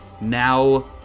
now